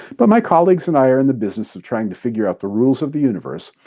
but my colleagues and i are in the business of trying to figure out the rules of the universe,